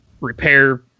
repair